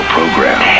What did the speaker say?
Program